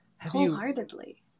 Wholeheartedly